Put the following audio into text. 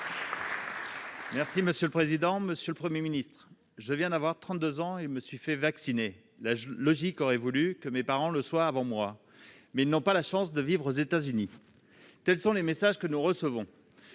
Ma question s'adresse à M. le Premier ministre. « Je viens d'avoir 32 ans et je me suis fait vacciner. La logique aurait voulu que mes parents le soient avant moi, mais ils n'ont pas la chance de vivre aux États-Unis. » Tels sont les messages que nous recevons.